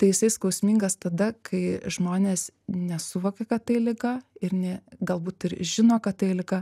tai jisai skausmingas tada kai žmonės nesuvokia kad tai liga ir ne galbūt ir žino kad tai liga